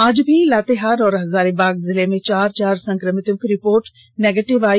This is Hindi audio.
आज भी लातेहार और हजारीबाग जिले में चार चार संक्रमितों की रिपोर्ट निगेटिव आई